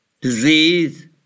disease